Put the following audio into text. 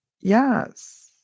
Yes